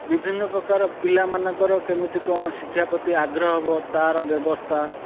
ବିଭିନ୍ନ ପ୍ରକାର ପିଲାମାନଙ୍କର କେମିତି କ'ଣ ଶିକ୍ଷା ପ୍ରତି ଆଗ୍ରହ ହବ ତାର ବ୍ୟବସ୍ଥା